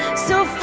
so